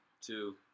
two